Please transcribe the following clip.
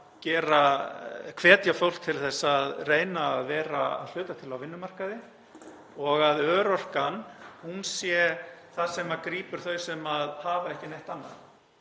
hvetja fólk til að reyna að vera að hluta til á vinnumarkaði og að örorkan sé það sem grípur þau sem hafa ekki neitt annað.